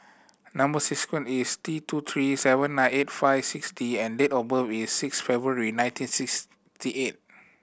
number sequence is T two three seven nine eight five six D and date of birth is six February nineteen sixty eight